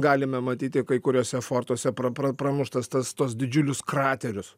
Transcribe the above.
galime matyti kai kuriuose fortuose pra pra pramuštas tas tuos didžiulius kraterius